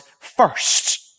first